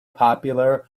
popular